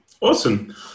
Awesome